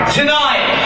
tonight